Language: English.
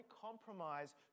compromise